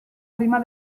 prima